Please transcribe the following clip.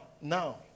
now